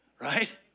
Right